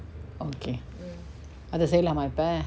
okay அத செய்யலாமா இப்ப:atha seiyalama ippa